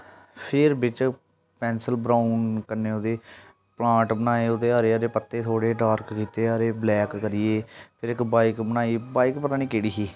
फिर बिच pencil brown कन्नै ओह्दे प्लांट बनाए ओह्दे हरे हरे पत्ते थोह्डे़ डार्क कीते हरे हरे ब्लैक करियै फिर इक बाइक बनाई बाइक पता निं केह्ड़ी ही